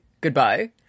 Goodbye